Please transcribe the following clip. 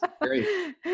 Great